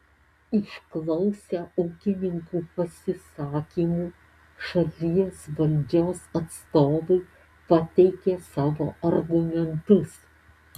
išklausę ūkininkų pasisakymų šalies valdžios atstovai pateikė savo argumentus